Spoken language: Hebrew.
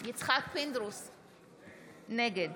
יצחק פינדרוס, נגד